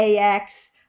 AX